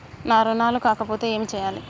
నా రుణాలు కాకపోతే ఏమి చేయాలి?